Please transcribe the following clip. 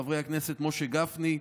חברי הכנסת משה גפני,